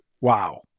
wow